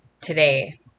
today